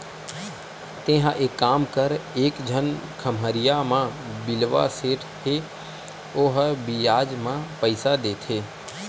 तेंहा एक काम कर एक झन खम्हरिया म बिलवा सेठ हे ओहा बियाज म पइसा देथे